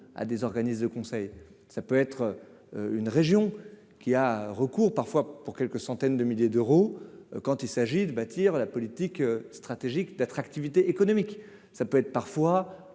à des organismes de conseil, ça peut être une région qui a recours parfois pour quelques centaines de milliers d'euros quand il s'agit de bâtir la politique stratégique d'attractivité économique, ça peut être parfois